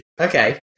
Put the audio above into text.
Okay